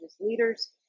leaders